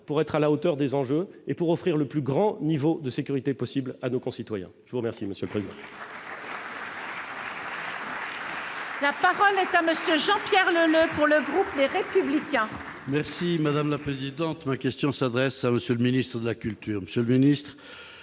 pour être à la hauteur des enjeux et pour offrir le plus grand niveau de sécurité possible à nos concitoyens, je vous remercie, monsieur le président. La parole est à monsieur Jean-Pierre Leleux pour le groupe, les républicains. Merci madame la présidente, ma question s'adresse à monsieur le ministre de la culture Monsieur Ministre